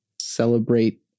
celebrate